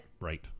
Right